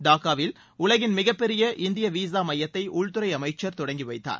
டாக்காவில் உலகின் மிகப்பெரிய இந்திய விசா மையத்தை உள்துறை அமைச்சர் தொடங்கி வைத்தார்